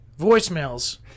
voicemails